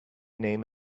name